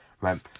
right